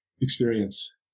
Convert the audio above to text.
experience